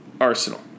Arsenal